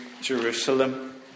Jerusalem